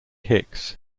hicks